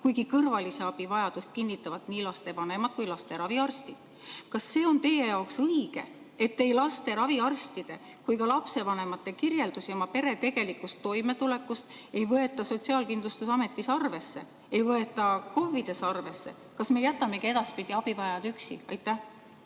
kuigi kõrvalise abi vajadust kinnitavad nii lapse vanemad kui ka raviarstid. Kas see on teie arvates õige, et ei laste raviarstide ega ka lapsevanemate kirjeldusi oma pere tegelikust toimetulekust ei võeta Sotsiaalkindlustusametis arvesse, ei võeta ka KOV‑ides arvesse? Kas me jätamegi abivajajad edaspidi üksi? Signe